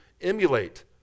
emulate